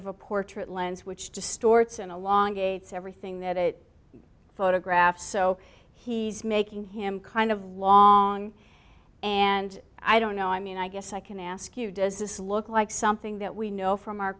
of a portrait lens which distorts and elongates everything that it photographed so he's making him kind of long and i don't know i mean i guess i can ask you does this look like something that we know from our